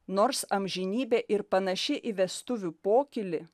nors amžinybė ir panaši į vestuvių pokylį